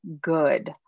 good